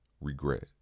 regret